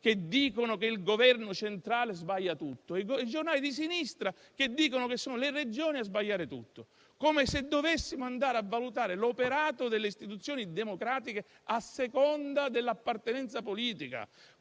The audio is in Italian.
che dicono che il Governo centrale sbaglia tutto, e i giornali di sinistra che dicono che sono le Regioni a sbagliare tutto: come se dovessimo andare a valutare l'operato delle istituzioni democratiche a seconda dell'appartenenza politica.